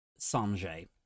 sanjay